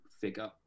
figure